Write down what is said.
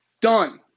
Done